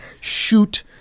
shoot